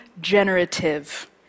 generative